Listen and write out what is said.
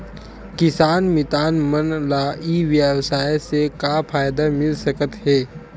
किसान मितान मन ला ई व्यवसाय से का फ़ायदा मिल सकथे?